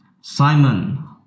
Simon